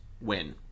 Win